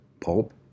pulp